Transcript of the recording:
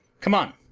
come on!